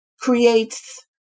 creates